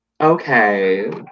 Okay